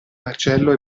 marcello